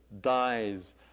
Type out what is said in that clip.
dies